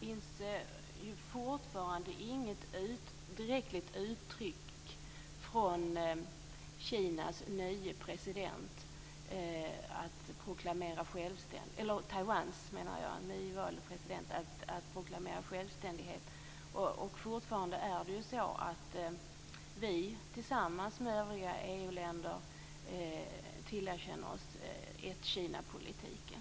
Herr talman! Det finns fortfarande inget direkt uttryckt från Taiwans nye president om att proklamera självständighet. Fortfarande tillerkänner sig Sverige tillsammans med övriga EU-länder ett-Kinapolitiken.